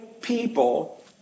people